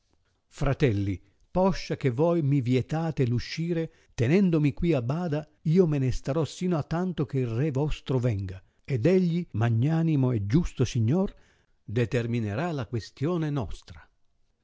fratelli poscia che voi mi vietate l'uscire tenendomi qui a bada io me ne starò sino a tanto che il re vostro venga ed egli magnanimo e giusto signor determinerà la questione nostra